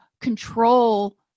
control